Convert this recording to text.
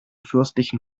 fürstlichen